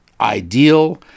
ideal